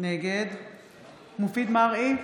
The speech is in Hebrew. נגד מופיד מרעי,